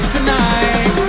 Tonight